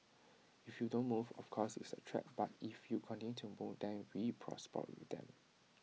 if you don't move of course it's A threat but if you continue to move then we prosper with them